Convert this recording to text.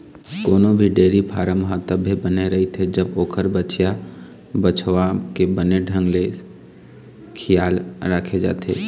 कोनो भी dairy farm ह तभे बने रहिथे जब ओखर बछिया, बछवा के बने ढंग ले खियाल राखे जाथे